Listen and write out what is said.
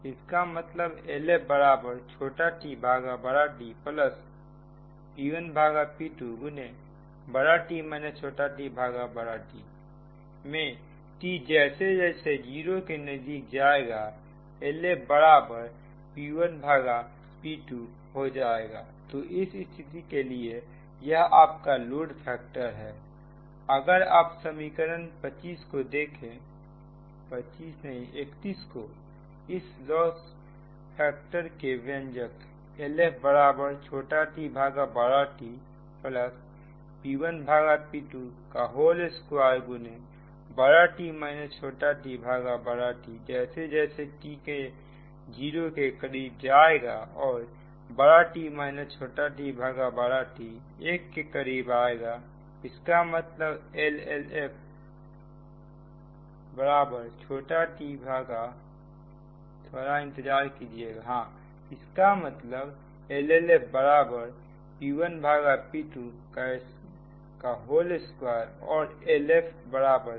इसका मतलब LFtTp1p2XT tT मे t जैसे जैसे 0 के नजदीक जाएगा LFP1P2 हो जाएगा तो इस स्थिति के लिए यह आपका लोड फैक्टर है अगर आप समीकरण 25 को देखें 25 नहीं 31 को उस लॉस फैक्टर के व्यंजक LLF tTP1P22xT tTजैसे जैसे t जीरो के करीब जाएगा औरT1 के करीब जाएगा इसका मतलब LLF P1P22 और LFP1P2 है